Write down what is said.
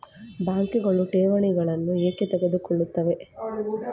ಬ್ಯಾಂಕುಗಳು ಠೇವಣಿಗಳನ್ನು ಏಕೆ ತೆಗೆದುಕೊಳ್ಳುತ್ತವೆ?